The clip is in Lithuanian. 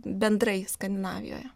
bendrai skandinavijoje